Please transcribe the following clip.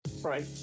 right